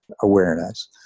awareness